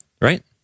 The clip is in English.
Right